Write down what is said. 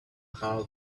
how